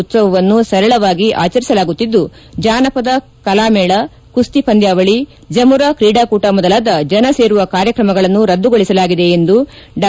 ಉತ್ಸವವನ್ನು ಸರಳವಾಗಿ ಆಚರಿಸಲಾಗುತ್ತಿದ್ದು ಾನಪದ ಕಲಾಮೇಳ ಕುಸ್ತಿ ಪಂದ್ಯಾವಳಿ ಜಮುರಾ ಕ್ರಿಡಾಕೂಟ ಮೊದಲಾದ ಜನ ಸೇರುವ ಕಾರ್ಯಕ್ರಮಗಳನ್ನು ರದ್ದುಗೊಳಿಸಲಾಗಿದೆ ಎಂದು ಡಾ